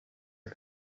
are